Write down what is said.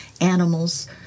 animals